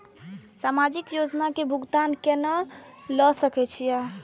समाजिक योजना के भुगतान केना ल सके छिऐ?